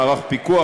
מערך פיקוח,